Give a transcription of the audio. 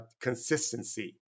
consistency